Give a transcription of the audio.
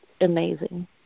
amazing